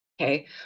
Okay